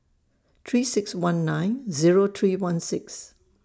three six one nine Zero three one six